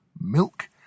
milk